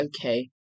okay